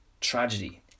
tragedy